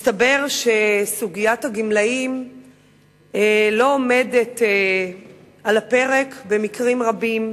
מסתבר שסוגיית הגמלאים לא עומדת על הפרק במקרים רבים,